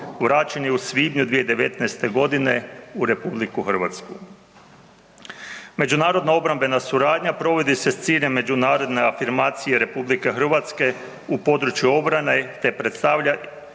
vraćen je u svibnju 2019. g. u RH. Međunarodna obrambena suradnja provodi se s ciljem međunarodne afirmacije RH u području obrane te predstavlja